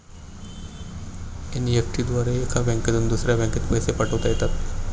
NEFT द्वारे एका बँकेतून दुसऱ्या बँकेत पैसे पाठवता येतात